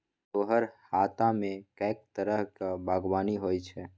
तोहर हातामे कैक तरहक बागवानी होए छौ